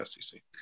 SEC